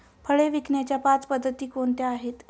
फळे विकण्याच्या पाच पद्धती कोणत्या आहेत?